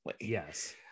yes